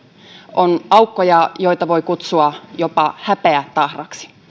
on aukkoja joita voi kutsua jopa häpeätahroiksi